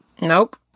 nope